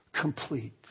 complete